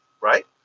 right